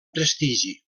prestigi